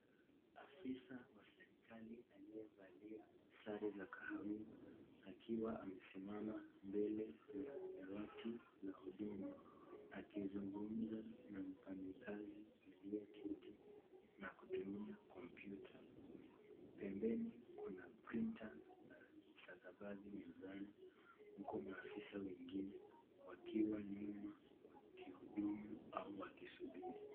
Afisa Wa serekali aliye valia sare za kawiha , akiwa amesimama mbele ya dawati na huduma . Akizungumza na mfanyakazi aliyeketi na kutumia (computer) . Pembeni Kuna ( printer) na stakabadhi mezani . Huna mafisa wengine wakiwa nyuma wakiudhumu ama wakisubiri.